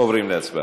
עוברים להצבעה.